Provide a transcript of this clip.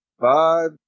five